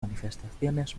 manifestaciones